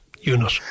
unit